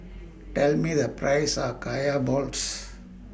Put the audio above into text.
Tell Me The Price of Kaya Balls